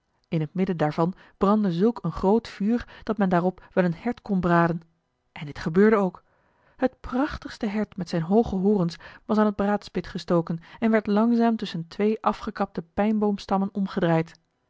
in het midden daarvan brandde zulk een groot vuur dat men daarop wel een hert kon braden en dit gebeurde ook het prachtigste hert met zijn hooge horens was aan het braadspit gestoken en werd langzaam tusschen twee afgekapte pijnboomstammen omgedraaid